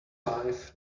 life